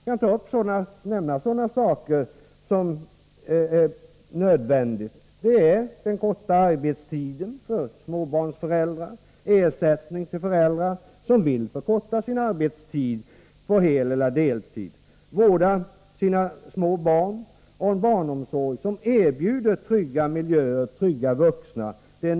Låt mig nämna några nödvändiga inslag i ett sådant samhällsstöd: kortare arbetstider för småbarnsföräldrar, ersättning till föräldrar som vill förkorta sin arbetstid eller på heleller deltid vårda sina små barn, och en barnomsorg som erbjuder trygga miljöer och trygga vuxna.